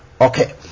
Okay